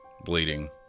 bleeding